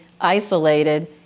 isolated